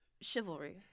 chivalry